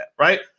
Right